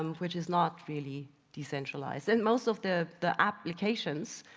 um which is not really decentralised. and most of the the applications,